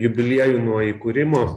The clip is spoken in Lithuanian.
jubiliejų nuo įkūrimo